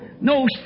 No